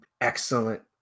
excellent